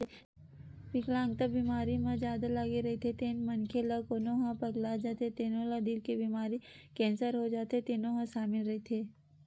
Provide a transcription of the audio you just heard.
बिकलांगता बीमा म जादा लागे रहिथे तेन मनखे ला कोनो ह पगला जाथे तेनो ला दिल के बेमारी, केंसर हो जाथे तेनो ह सामिल रहिथे